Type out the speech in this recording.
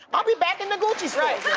i'll be back in the gucci